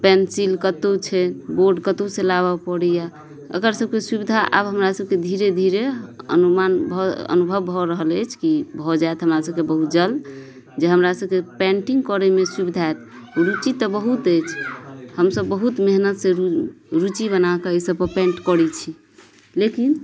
pencil कतौ छै board कतौ से लाबऽ पड़ैये एकर सबके सुविधा आब हमरा सबके धीरे धीरे अनुमान भऽ अनुभव भऽ रहल अछि कि भऽ जायत हमरा सबके बहुत जल्द जे हमरा सबके पेंटिंग करयमे सुविधा रुचि तऽ बहुत अछि हमसब बहुत मेहनतसँ रुचि बनाके अइ सबपर पेंट करय छी लेकिन